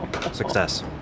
Success